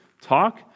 talk